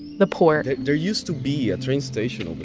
the port. there used to be a train station over